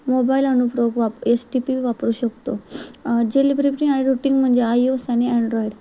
mobile अनुप्रयोग वाप एस टी पी वापरू शकतो जेलिब्रिफिंग आणि रूटिंग म्हणजे आय ओ स आणि अँड्रॉईड